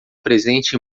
presente